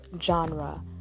genre